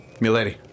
Milady